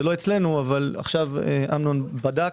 זה לא אצלנו אבל עכשיו אמנון בדק.